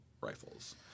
rifles